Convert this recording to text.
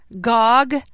Gog